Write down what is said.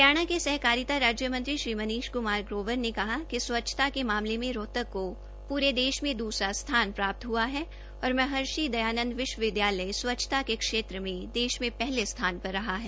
हरियाणा के सहकारिता राज्य मंत्री श्री मनीष क्मार ग्रोवर ने कहा कि स्वच्छता के मामले में रोहतक को पूरे देश में दूसरा स्थान प्राप्त हुआ है और महर्षि दयानंद विश्वविद्यालय स्वच्छता के क्षेत्र में देश में पहले स्थान पर रहा है